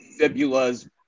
fibulas